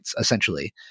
essentially